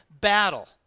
battle